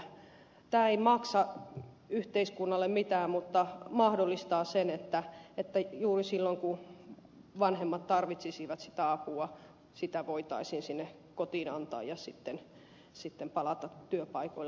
tämä ei maksa yhteiskunnalle mitään mutta mahdollistaa sen että juuri silloin kun vanhemmat tarvitsisivat sitä apua sitä voitaisiin sinne kotiin antaa ja sitten voitaisiin palata työpaikoille